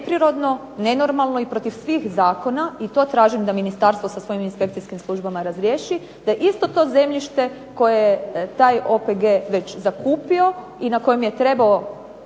neprirodno, nenormalno i protiv svih zakona i to tražim da ministarstvo sa svojim inspekcijskim službama razriješi, da isto to zemljište koje je taj OPG već zakupio i na kojem je trebao